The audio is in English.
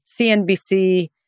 CNBC